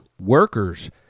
workers